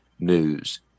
news